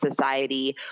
society